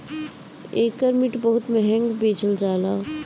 एकर मिट बहुते महंग बेचल जात हवे